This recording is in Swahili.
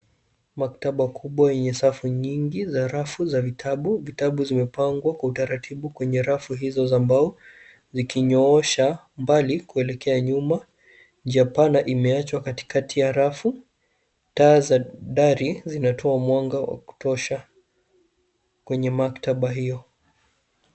Maktaba kubwa yenye safu nyingi za rafu za vitabu. Vitabu zimepangwa kwa utaratibu kwenye rafu hizo za mbao zikinyoosha mbali kuelekea nyuma. Njia pana imeachwa katikati ya rafu. Taa za dari zinatoa mwanga wa kutosha kwenye maktaba hiyo.